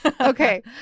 Okay